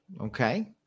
Okay